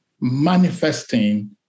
manifesting